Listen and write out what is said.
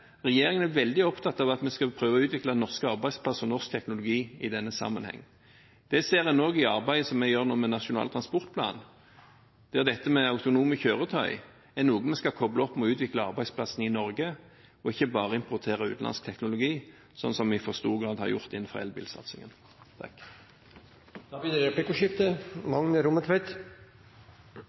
Regjeringen er veldig opptatt av at vi skal prøve å utvikle norske arbeidsplasser og norsk teknologi i denne sammenheng. Det ser en også i arbeidet som vi nå gjør med Nasjonal transportplan, der dette med autonome kjøretøy er noe vi skal koble opp mot å utvikle arbeidsplasser i Norge, og ikke bare importere utenlandsk teknologi, som vi i for stor grad har gjort innenfor elbil-satsingen. Det blir replikkordskifte.